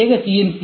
எனவே அதிவேக சி